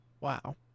Wow